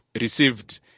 received